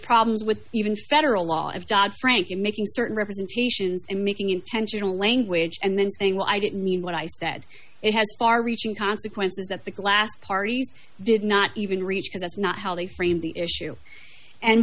problems with even federal law of dodd frank in making certain representations and making intentional language and then saying well i didn't mean what i said it has far reaching consequences that the last parties did not even reach because that's not how they frame the issue and